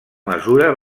mesura